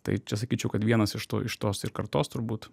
tai čia sakyčiau kad vienas iš to iš tos ir kartos turbūt